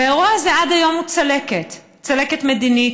והאירוע הזה עד היום הוא צלקת: צלקת מדינית,